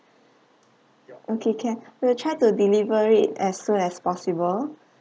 okay can we will try to deliver is as soon as possible